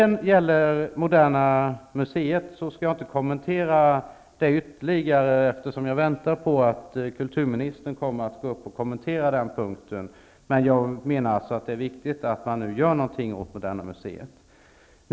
Jag skall inte göra någon kommentar beträffande Moderna museet, eftersom jag väntar på kulturministerns redogörelse på den här punkten. Enligt min mening är det emellertid viktigt att man nu gör någonting för Moderna museet.